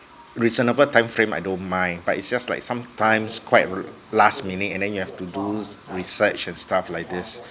reasonable time frame I don't mind but it's just like sometimes quite last minute and then you have to do research and stuff like this